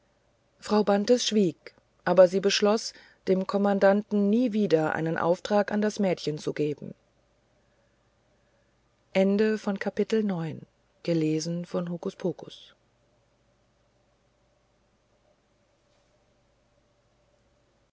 frau bantes schwieg aber sie beschloß dem kommandanten nie wieder einen auftrag an das mädchen zu geben